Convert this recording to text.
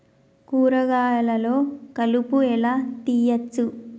కూరగాయలలో కలుపు ఎలా తీయచ్చు?